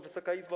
Wysoka Izbo!